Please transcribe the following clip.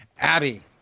Abby